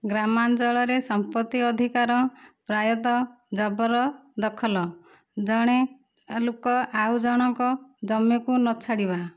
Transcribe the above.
ଗ୍ରାମାଞ୍ଚଳରେ ସମ୍ପତି ଅଧିକାର ପ୍ରାୟତଃ ଜବରଦଖଲ ଜଣେ ଲୋକ ଆଉ ଜଣଙ୍କ ଜମିକୁ ନଛାଡ଼ିବା